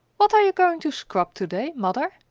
what are you going to scrub to-day, mother?